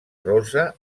rossa